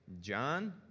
John